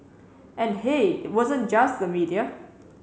and hey it wasn't just the media